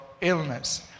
illness